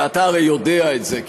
ואתה הרי יודע את זה,